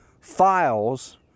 files